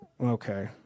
Okay